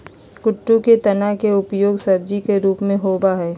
कुट्टू के तना के उपयोग सब्जी के रूप में होबा हई